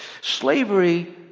Slavery